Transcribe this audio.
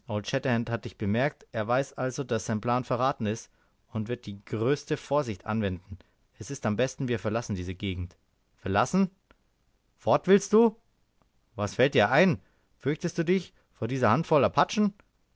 hat dich bemerkt er weiß also daß sein plan verraten ist und wird die größte vorsicht anwenden es ist am besten wir verlassen diese gegend verlassen fort willst du was fällt dir ein fürchtest du dich vor dieser handvoll apachen